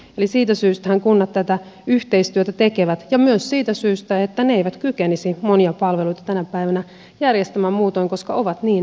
eli siitä syystähän kunnat tätä yhteistyötä tekevät ja myös siitä syystä että ne eivät kykenisi monia palveluita tänä päivänä järjestämään muutoin koska ovat niin pieniä